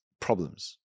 problems